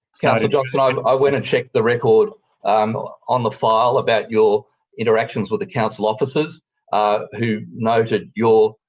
councillor johnston, i i went and checked the record on the file about your interactions with the council officers who noted your